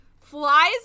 flies